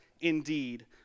indeed